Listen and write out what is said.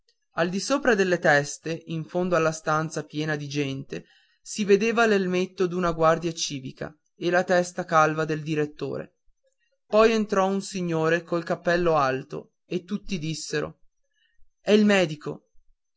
robetti al disopra delle teste in fondo alla stanza piena di gente si vedeva l'elmetto d'una guardia civica e la testa calva del direttore poi entrò un signore col cappello alto e tutti dissero è il medico